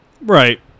Right